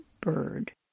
bird